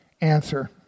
answer